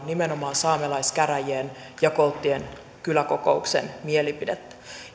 nimenomaan saamelaiskäräjien ja kolttien kyläkokouksen mielipidettä